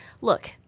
look